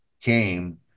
came